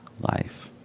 life